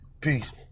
Peace